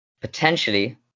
potentially